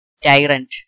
tyrant